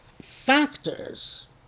factors